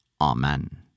Amen